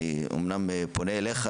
אני אומנם פונה אליך,